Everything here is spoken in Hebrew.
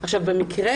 במקרה